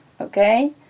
okay